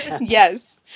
Yes